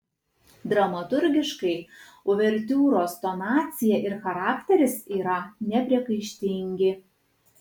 dramaturgiškai uvertiūros tonacija ir charakteris yra nepriekaištingi